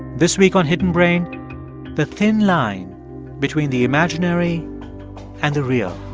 this week on hidden brain the thin line between the imaginary and the real